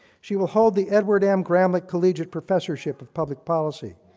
she will hold the edward m. graham like collegiate professorship of public policy.